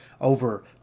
over